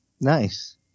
Nice